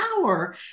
power